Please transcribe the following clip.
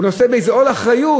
הוא נושא באיזה עול אחריות.